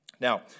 Now